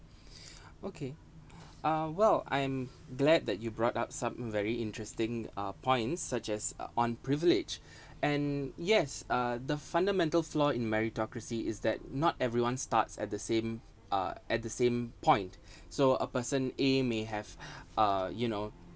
okay uh well I'm glad that you brought up some very interesting uh points such as on privilege and yes uh the fundamental flaw in meritocracy is that not everyone starts at the same uh at the same point so a person A may have uh you know